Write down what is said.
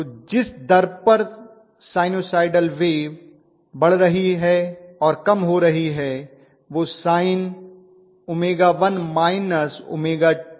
तो जिस दर पर साइनसॉइडल वेव बढ़ रही है और कम हो रही है वह sin𝜔1 −𝜔2t के अनुरूप होगा